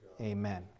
Amen